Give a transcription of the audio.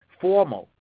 formal